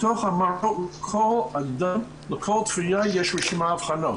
בתוך המערכת לכל תביעה יש רשימת אבחנות.